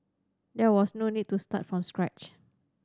there was no need to start from scratch